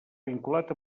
vinculat